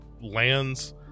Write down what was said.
lands